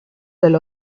del